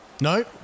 No